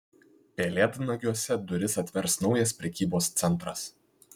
pelėdnagiuose duris atvers naujas prekybos centras